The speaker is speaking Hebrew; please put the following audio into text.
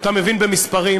אתה מבין במספרים,